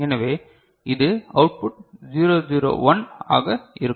எனவே இது அவுட்புட் 0 0 1 ஆக இருக்கும்